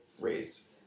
raise